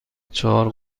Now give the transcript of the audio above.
چهار